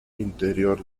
interior